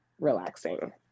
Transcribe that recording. relaxing